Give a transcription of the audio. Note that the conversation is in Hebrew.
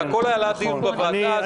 הכול היה בדיון בוועדה.